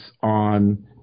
on